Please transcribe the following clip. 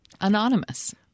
Anonymous